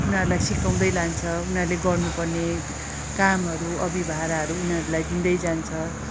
उनीहरूलाई सिकाउँदै लान्छ उनीहरूले गर्नु पर्ने कामहरू अभिभारहरू उनीहरूलाई दिँदै जान्छ